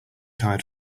tired